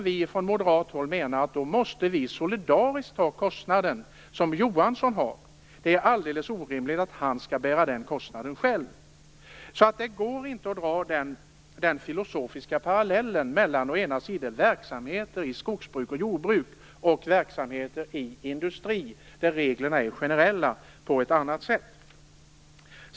Vi från moderat håll menar att den kostnad som Johansson har måste bäras solidariskt. Det är alldeles orimligt att han själv skall bära den kostnaden. Det går alltså inte att dra en filosofisk parallell mellan å ena sidan verksamheter i skogsbruk och jordbruk och å andra sidan verksamheter i industrin, där reglerna är på ett annat sätt generella.